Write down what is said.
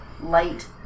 light